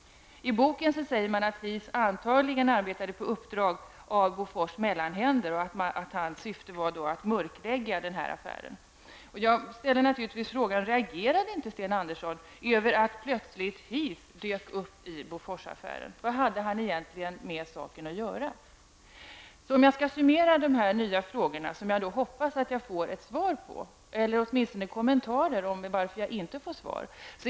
I boken sägs det att Heath antagligen arbetade på uppdrag av Bofors mellanhänder och att hans syfte var att mörklägga den här affären. Jag ställer naturligtvis frågan: Reagerade inte Sten Andersson över att Heath plötsligt dök upp i Boforsaffären? Vad hade han egentligen med saken att göra? Jag skall summera de här nya frågorna som jag hoppas att jag får ett svar på eller åtminstone kommentarer till varför jag inte får svar.